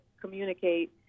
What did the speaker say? communicate